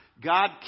God